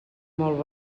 molt